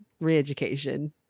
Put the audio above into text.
re-education